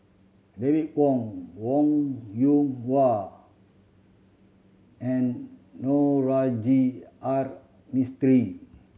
David Kwo Wong Yoon Wah and Navroji R Mistri